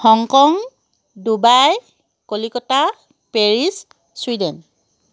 Hong Kong Dubai Kolkata Paris Sweden